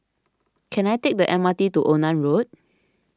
can I take the M R T to Onan Road